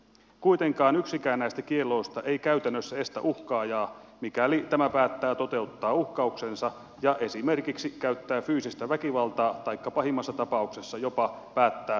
kuitenkaan yksikään näistä kielloista ei käytännössä estä uhkaajaa mikäli tämä päättää toteuttaa uhkauksensa ja esimerkiksi käyttää fyysistä väkivaltaa taikka pahimmassa tapauksessa jopa päättää surmata todistajan